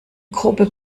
gruppe